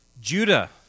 Judah